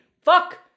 Fuck